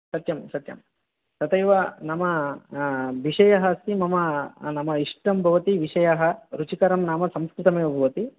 सत्यं सत्यं तथैव नाम विषयः अस्ति मम नाम इष्टं भवति विषयः रुचिकरं नाम संस्कृतमेव भवति